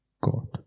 God